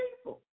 people